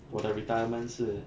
我的 retirement 是